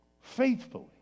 Faithfully